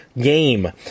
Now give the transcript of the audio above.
game